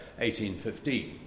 1815